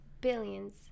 Billions